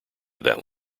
that